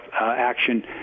action